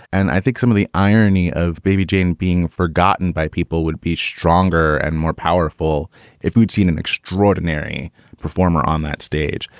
and i think some of the irony of baby jane being forgotten by people would be stronger and more powerful if you'd seen an extraordinary performer on that stage.